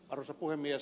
arvoisa puhemies